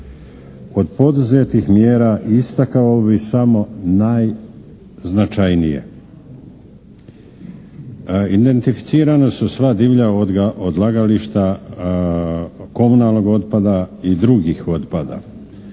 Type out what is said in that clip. Od poduzetih mjera istakao bi samo najznačajnije. Identificirana su sva divlja odlagališta komunalnih otpada i drugog otpada.